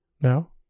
no